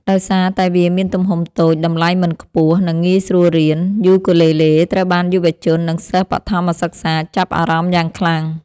ដោយសារតែវាមានទំហំតូច តម្លៃមិនខ្ពស់ និងងាយស្រួលរៀន យូគូលេលេត្រូវបានយុវជន និងសិស្សបឋមសិក្សាចាប់អារម្មណ៍យ៉ាងខ្លាំង។